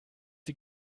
sie